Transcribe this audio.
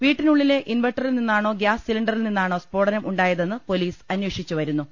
വീ ട്ടിനുളളിലെ ഇൻവർട്ടറിൽ നിന്നാണോ ഗ്യാസ് സിലിണ്ടറിൽ നിന്നാണോ സ്ഫോടനം ഉണ്ടായതെന്ന് പൊലീസ് അന്വേഷിച്ചു വരു ന്നു